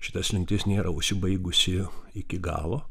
šitas slinktis nėra užsibaigusi iki galo